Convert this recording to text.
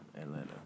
Atlanta